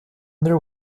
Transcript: their